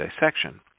dissection